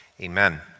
amen